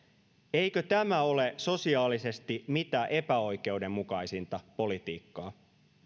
eikö tämä ole sosiaalisesti mitä epäoikeudenmukaisinta politiikkaa